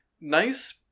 nice